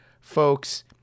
Folks